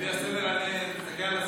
לפי הסדר, תסתכל על הסדר.